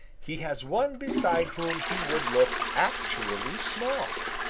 he has one beside whom he would look actually small.